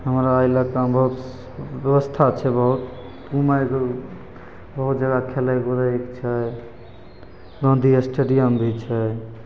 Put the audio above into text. हमरा इलाकामे बहुत बेबस्था छै बहुत घुमैके बहुत जगह खेलै कुदैके छै गाँधी एस्टेडियम भी छै